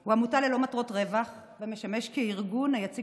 הוא עמותה ללא מטרות רווח ומשמש הארגון היציג